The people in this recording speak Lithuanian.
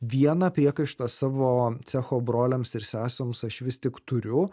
vieną priekaištą savo cecho broliams ir sesėms aš vis tik turiu